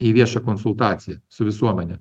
į viešą konsultaciją su visuomene